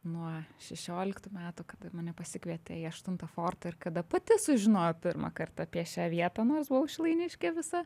nuo šešioliktų metų kada mane pasikvietė į aštuntą fortą ir kada pati sužinojau pirmą kartą apie šią vietą nors buvau šilainiškė visa